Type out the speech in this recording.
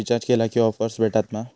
Recharge केला की offers भेटात मा?